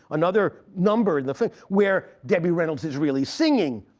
another number in the film, where debbie reynolds is really singing.